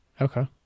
Okay